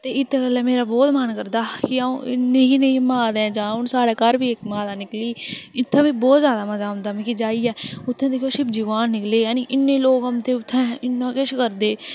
ते इत्तै गल्ला मेरा बहुत मन करदा कि आईं नेईं नेईं माता दे जां साढ़े घर बी इक माता निकली दी इत्थै बी बहुत मजा औंदा मिगी जाइयै उत्थै दिक्खेओ शिव भगवान जी निकले दे इन्ने लौग औंदे इन्ना किश करदे